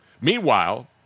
Meanwhile